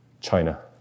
China